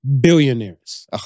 billionaires